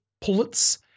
pullets